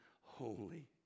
holy